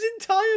entire